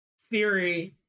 theory